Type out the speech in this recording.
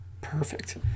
perfect